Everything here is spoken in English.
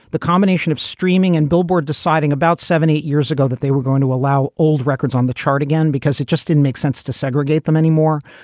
the combination of streaming and billboard deciding about seventy years ago that they were going to allow old records on the chart again because it just didn't make sense to segregate them anymore.